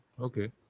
Okay